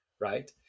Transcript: right